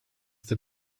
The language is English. the